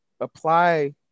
apply